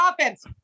offense